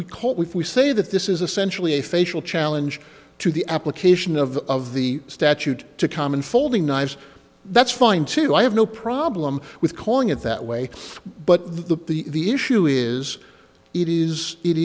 we call we say that this is essentially a facial challenge to the application of the of the statute to common folding knives that's fine too i have no problem with calling it that way but the the the issue is it is it